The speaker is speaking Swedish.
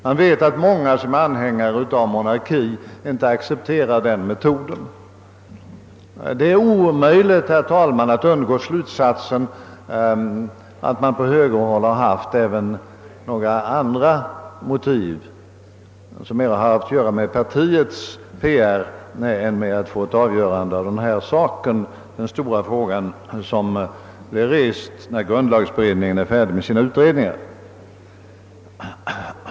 Man vet att många som är anhängare av monarkin inte accepterar den metoden. Det är omöjligt, herr talman, att undgå slutsatsen att man på högerhåll haft andra motiv, vilka mera haft att göra med PR för partiet än att nu få fram ett avgörande om den stora frågan som blir rest när grundlagberedningen är färdig med sina utredningar.